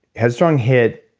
headstrong hit